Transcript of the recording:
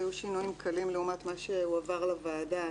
היו שינויים קלים לעומת מה שהועבר לוועדה,